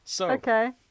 Okay